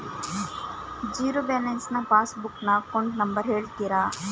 Zero balance passbook ನ account number ಹೇಳುತ್ತೀರಾ?